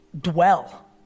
dwell